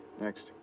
Next